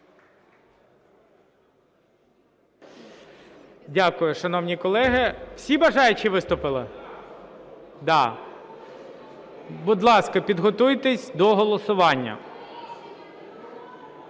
Дякую, шановні колеги. Всі бажаючі виступили? Будь ласка, підготуйтесь до голосування.